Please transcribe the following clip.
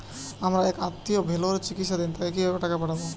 আমার এক আত্মীয় ভেলোরে চিকিৎসাধীন তাকে কি ভাবে টাকা পাঠাবো?